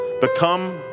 Become